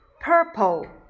purple